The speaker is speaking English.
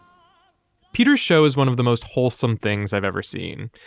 peter shows one of the most wholesome things i've ever seen.